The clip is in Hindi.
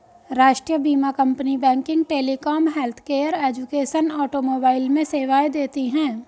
राष्ट्रीय बीमा company banking, telecom, healthcare, education, automobile में सेवाएं देती है